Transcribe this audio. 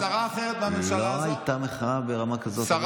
לא הייתה מחאה ברמה כזאת.